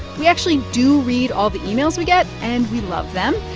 we actually do read all the emails we get, and we love them.